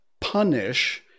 punish